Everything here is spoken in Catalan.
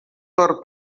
torn